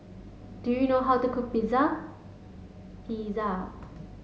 do you know how to cook Pizza